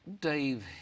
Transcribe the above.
dave